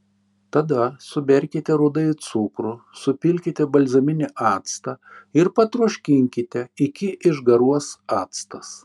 tada suberkite rudąjį cukrų supilkite balzaminį actą ir patroškinkite iki išgaruos actas